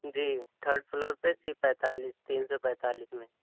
جی third floor پہ C پینتالیس تین سو پینتالیس میں